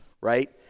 Right